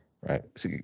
Right